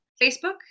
Facebook